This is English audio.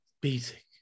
Basic